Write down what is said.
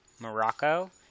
Morocco